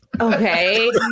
Okay